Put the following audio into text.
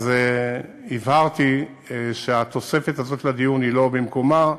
אז הבהרתי שהתוספת הזאת לדיון היא לא במקומה,